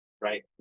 right